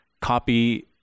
copy